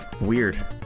Weird